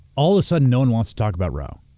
all of a sudden, no one wants to talk about roe,